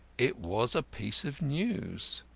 it was a piece of news.